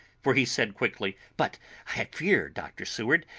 for he said quickly but i fear, dr. seward,